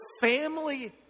family